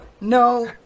no